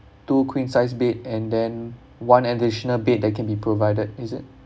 two queen size bed and then one additional bed that can be provided is it